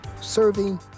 Serving